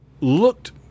looked